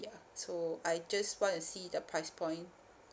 ya so I just want to see the price point